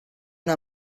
una